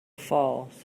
falls